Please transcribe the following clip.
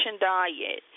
diet